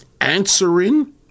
answering